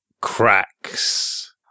cracks